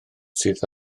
sydd